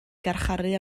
garcharu